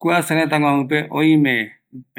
﻿Kua sereta guajupe oime